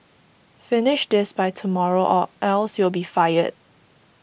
finish this by tomorrow or else you'll be fired